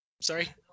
Sorry